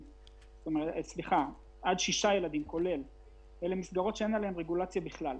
למסגרות האלו, שהן ויצ"ו, נעמ"ת,